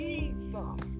Jesus